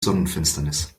sonnenfinsternis